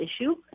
issue